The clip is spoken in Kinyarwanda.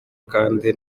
kandi